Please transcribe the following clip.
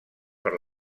per